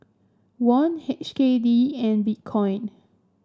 Won H K D and Bitcoin